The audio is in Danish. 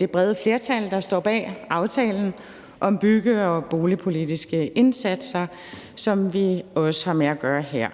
det brede flertal, der står bag aftalen om bygge- og boligpolitiske indsatser, som vi også har med at gøre her.